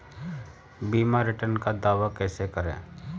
बीमा रिटर्न का दावा कैसे करें?